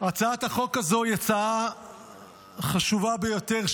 הצעת החוק הזו היא הצעה חשובה ביותר,